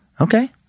Okay